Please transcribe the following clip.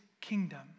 kingdom